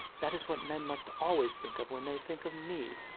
that is what men must always think of when they think of me.